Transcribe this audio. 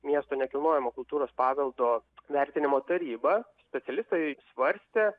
miesto nekilnojamo kultūros paveldo vertinimo taryba specialistai svarstė